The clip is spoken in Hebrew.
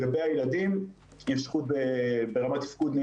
הילדים עם מוגבלות בשכיחות נמוכה.